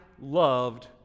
loved